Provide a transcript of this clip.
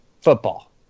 football